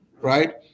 right